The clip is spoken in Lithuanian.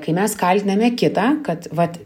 kai mes kaltiname kitą kad vat